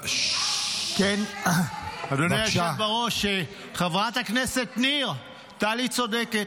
אדוני היושב בראש, חברת הכנסת ניר, טלי צודקת,